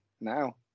now